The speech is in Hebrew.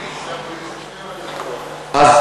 שוויון צריך להיות תמיד לשני הצדדים,